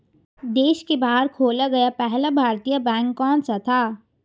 देश के बाहर खोला गया पहला भारतीय बैंक कौन सा था?